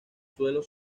suelos